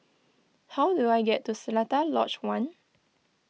how do I get to Seletar Lodge one